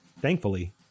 Thankfully